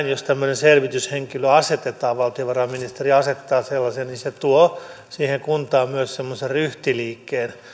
jos tämmöinen selvityshenkilö asetetaan valtiovarainministeriö asettaa sellaisen että se tuo kuntaan myös semmoisen ryhtiliikkeen